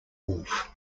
wolf